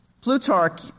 Plutarch